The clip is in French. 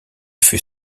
fut